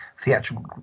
theatrical